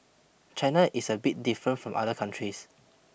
China is a bit different from other countries